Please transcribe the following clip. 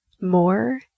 more